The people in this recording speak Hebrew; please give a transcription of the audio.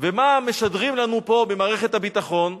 ומה משדרים לנו פה במערכת הביטחון?